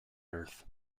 earth